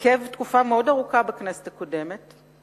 התעכב תקופה מאוד ארוכה בכנסת הקודמת,